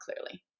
clearly